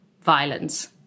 violence